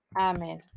Amen